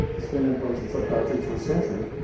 it's been in place in psychiatry for a century.